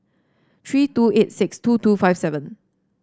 three two eight six two two five seven